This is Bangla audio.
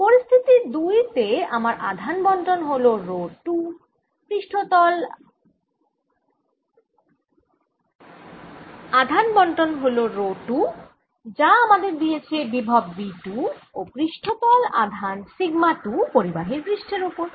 পরিস্থিতি 2 তে আমার আধান বণ্টন হল রো 2 যা আমাদের দিয়েছে বিভব V 2 ও পৃষ্ঠতল আধান সিগমা 2 পরিবাহীর পৃষ্ঠের ওপর